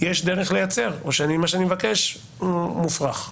או שמה שאני מבקש הוא מופרך?